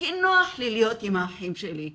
הכי נוח לי להיות עם האחים שלי,